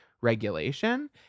regulation